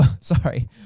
sorry